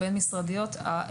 זה.